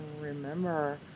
remember